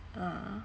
ah